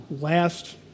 last